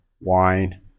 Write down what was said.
wine